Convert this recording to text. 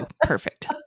Perfect